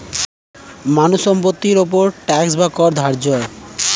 মানুষের সম্পত্তির উপর ট্যাক্স বা কর ধার্য হয়